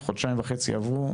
חודשיים וחצי עברו,